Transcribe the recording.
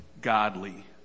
godly